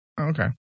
Okay